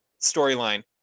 storyline